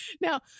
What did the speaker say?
Now